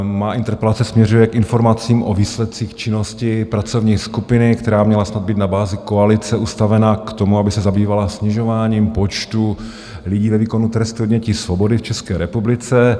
Má interpelace směřuje k informacím o výsledcích činnosti pracovní skupiny, která měla snad být na bázi koalice ustavena k tomu, aby se zabývala snižováním počtu lidí ve výkonu trestu odnětí svobody v České republice.